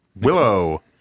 Willow